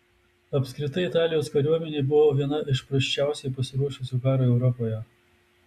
apskritai italijos kariuomenė buvo viena iš prasčiausiai pasiruošusių karui europoje